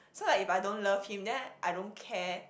so like if I don't love him then I don't care